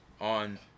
on